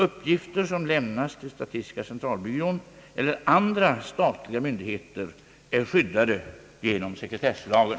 Uppgifter som lämnas till statistiska centralbyrån eller andra statliga myndigheter är skyddade genom sekretesslagen.